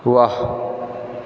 वाह